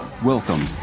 Welcome